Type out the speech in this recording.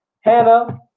Hannah